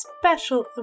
special